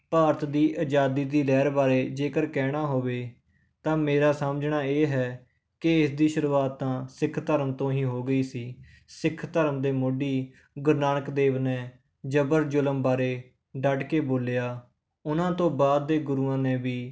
ਭਾਰਤ ਦੀ ਆਜ਼ਾਦੀ ਦੀ ਲਹਿਰ ਬਾਰੇ ਜੇਕਰ ਕਹਿਣਾ ਹੋਵੇ ਤਾਂ ਮੇਰਾ ਸਮਝਣਾ ਇਹ ਹੈ ਕਿ ਇਸ ਦੀ ਸ਼ੁਰੂਆਤ ਤਾਂ ਸਿੱਖ ਧਰਮ ਤੋਂ ਹੀ ਹੋ ਗਈ ਸੀ ਸਿੱਖ ਧਰਮ ਦੇ ਮੋਢੀ ਗੁਰੂ ਨਾਨਕ ਦੇਵ ਨੇ ਜਬਰ ਜ਼ੁਲਮ ਬਾਰੇ ਡੱਟ ਕੇ ਬੋਲਿਆ ਉਹਨਾਂ ਤੋਂ ਬਾਅਦ ਦੇ ਗੁਰੂਆਂ ਨੇ ਵੀ